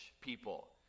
people